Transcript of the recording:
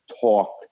talk